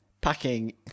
packing